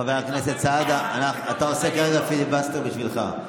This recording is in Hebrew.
חבר הכנסת סעדה, אתה עושה כרגע פיליבסטר בשבילך.